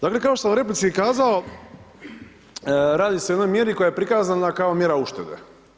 Dakle kao što sam u replici kazao, radi se o jednoj mjeri, koja je prikazana kao mjera uštede.